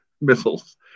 missiles